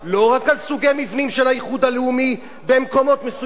לא רק על סוגי מבנים של האיחוד הלאומי במקומות מסוימים,